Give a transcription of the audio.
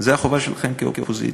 זו החובה שלכם כאופוזיציה.